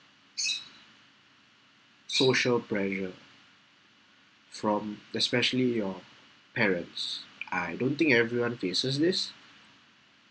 social pressure from especially your parents I don't think everyone faces this